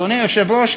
אדוני היושב-ראש,